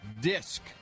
disc